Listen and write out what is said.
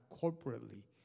corporately